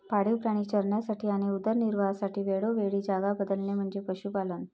पाळीव प्राणी चरण्यासाठी आणि उदरनिर्वाहासाठी वेळोवेळी जागा बदलणे म्हणजे पशुपालन